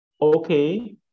okay